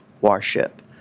warship